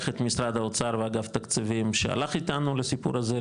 את משרד האוצר ואגף תקציבים שהלך איתנו לסיפור הזה,